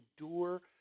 endure